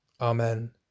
Amen